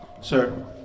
sir